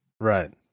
Right